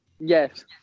Yes